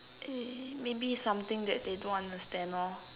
err maybe something that they don't understand lor